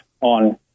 on